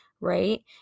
right